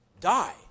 die